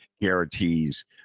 guarantees